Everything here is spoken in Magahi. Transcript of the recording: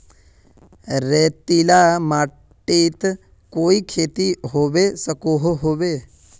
रेतीला माटित कोई खेती होबे सकोहो होबे?